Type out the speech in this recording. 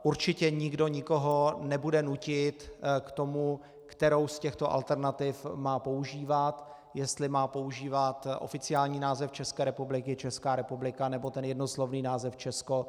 Určitě nikdo nikoho nebude nutit k tomu, kterou z těchto alternativ má používat, jestli má používat oficiální název České republiky Česká republika, nebo ten jednoslovný název Česko.